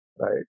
right